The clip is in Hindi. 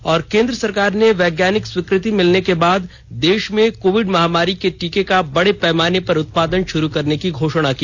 और केंद्र सरकार ने वैज्ञानिक स्वीकृति मिलने के बाद देश में कोविड महामारी के टीके का बड़े पैमाने पर उत्पादन शुरू करने की घोषणा की